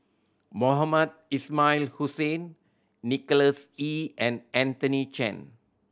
Mohamed Ismail Hussain Nicholas Ee and Anthony Chen